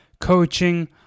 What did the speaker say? coaching